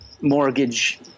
mortgage